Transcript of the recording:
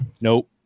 Nope